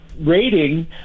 rating